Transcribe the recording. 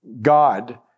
God